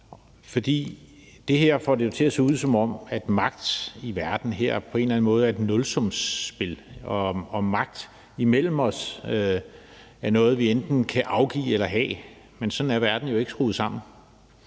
Det her får det jo til at se ud, som om magt i verden på en eller anden måde er et nulsumsspil, og at magt imellem os er noget, vi enten kan afgive eller have. Men sådan er verden jo ikke skruet sammen.